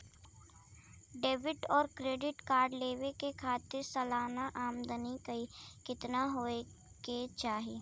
Debit और credit card लेवे के खातिर सलाना आमदनी कितना हो ये के चाही?